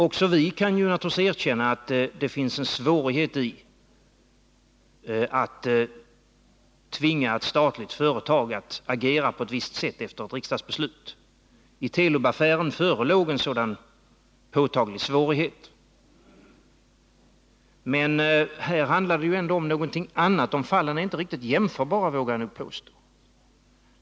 Också vi kan naturligtvis erkänna att det kan vara svårt att tvinga ett statligt företag att agera på ett visst sätt efter ett riksdagsbeslut. I Telub-affären förelåg en sådan påtaglig svårighet. Men fallen är inte riktigt jämförbara, vågar jag påstå.